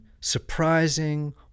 surprising